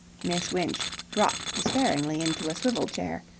miss winch dropped despairingly into a swivel-chair,